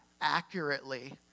accurately